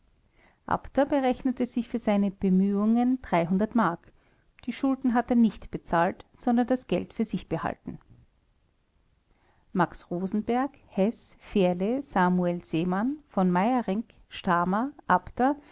abter berechnete sich für seine bemühungen mark die schulden hat er nicht bezahlt sondern das geld für sich behalten max rosenberg heß fährle samuel seemann v meyerinck stamer abter